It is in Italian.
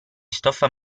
stoffa